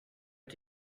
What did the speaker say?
did